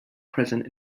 present